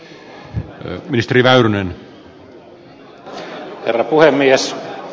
herra puhemies